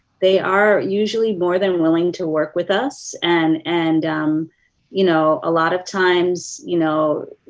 they are usually more than willing to work with us, and, and you know, a lot of times, you know,